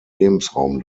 lebensraum